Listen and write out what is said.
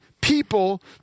people